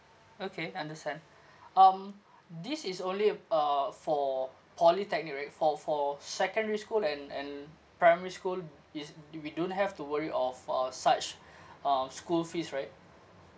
okay understand um this is only uh for polytechnic right for for secondary school and and primary school is we don't have to worry of uh such uh school fees right